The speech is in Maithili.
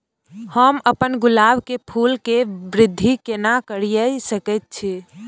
हम अपन गुलाब के फूल के वृद्धि केना करिये सकेत छी?